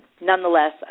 Nonetheless